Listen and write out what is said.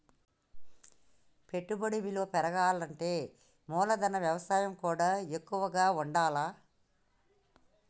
పెట్టుబడి విలువ పెరగాలంటే మూలధన వ్యయం కూడా ఎక్కువగా ఉండాల్ల